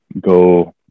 go